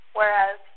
whereas